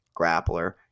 grappler